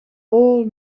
all